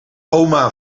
oma